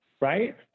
right